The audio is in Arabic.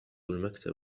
المكتب